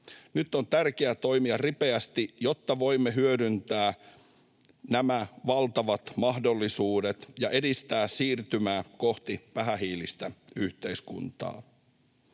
Nyt on tärkeä toimia ripeästi, jotta voimme hyödyntää nämä valtavat mahdollisuudet ja edistää siirtymää kohti vähähiilistä yhteiskuntaa.